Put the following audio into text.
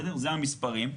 אלה המספרים,